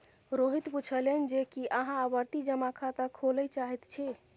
रोहित पुछलनि जे की अहाँ आवर्ती जमा खाता खोलय चाहैत छी